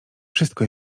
wszystko